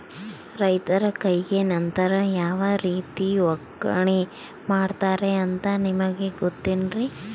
ರೈತರ ಕೈಗೆ ನಂತರ ಯಾವ ರೇತಿ ಒಕ್ಕಣೆ ಮಾಡ್ತಾರೆ ಅಂತ ನಿಮಗೆ ಗೊತ್ತೇನ್ರಿ?